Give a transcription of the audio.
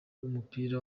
w’umupira